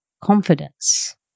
confidence